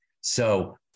So-